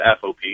FOP